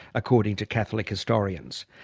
according to catholic historians.